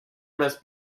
must